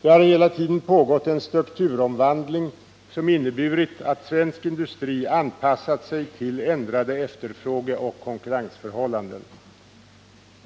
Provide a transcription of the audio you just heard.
Det har hela tiden pågått en strukturomvandling som inneburit att svensk industri anpassat sig till ändrade efterfrågeoch konkurrensförhållanden.